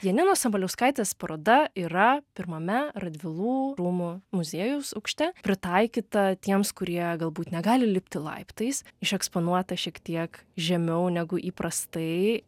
janinos sabaliauskaitės paroda yra pirmame radvilų rūmų muziejaus aukšte pritaikyta tiems kurie galbūt negali lipti laiptais išeksponuota šiek tiek žemiau negu įprastai